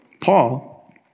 Paul